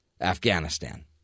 Afghanistan